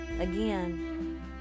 again